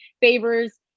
favors